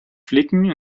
flicken